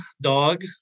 dog